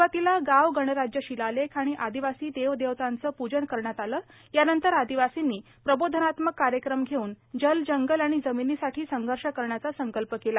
स्रुवातीला गाव गणराज्य शिलालेख आणि आदिवासी देवदेवतांचं पूजन करण्यात येऊन आदिवासींनी प्रबोधनात्मक कार्यक्रम घेऊन जल जंगल आणि जमिनीसाठी संघर्ष करण्याचा संकल्पही केला